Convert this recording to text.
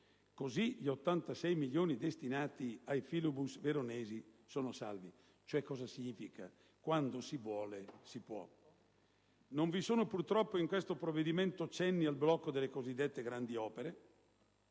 Così gli 86 milioni destinati ai filobus veronesi sono salvi. Questo significa che, quando si vuole, si può. Non vi sono purtroppo in questo provvedimento cenni al blocco delle cosiddette grandi opere